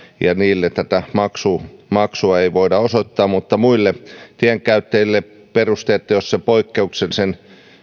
ja niille tätä maksua ei voida osoittaa mutta muille tienkäyttäjille perusteetta jos se poik keuksellisen